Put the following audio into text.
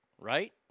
right